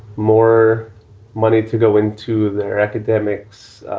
more money to go in to their academics,